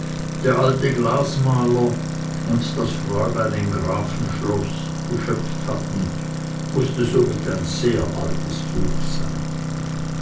der alte glasmaler und das fräulein im grafenschloß geschöpft hatten mußte somit ein sehr altes buch sein